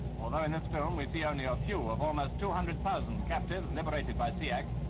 although in this film we see only a few of almost two hundred thousand captives liberated by seac,